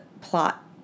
plot